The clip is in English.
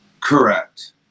Correct